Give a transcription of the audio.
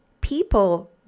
people